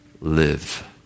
live